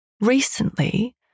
Recently